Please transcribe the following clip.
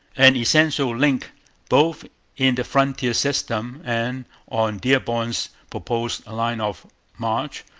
an essential link both in the frontier system and on dearborn's proposed line of march,